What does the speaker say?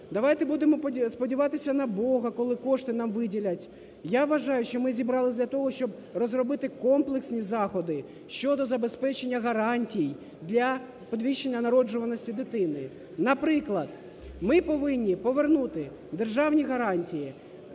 давайте будемо сподіватися на Бога, коли кошти нам виділять. Я вважаю, що ми зібралися для того, щоб розробити комплексні заходи щодо забезпечення гарантій для підвищення народжуваності дитини. Наприклад, ми повинні повернути державні гарантії,